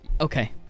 Okay